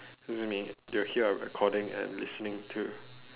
excuse me they will hear our recording and listening too